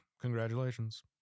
Congratulations